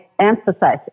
emphasize